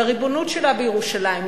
לריבונות שלה בירושלים,